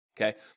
Okay